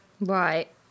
Right